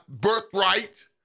birthright